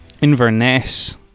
Inverness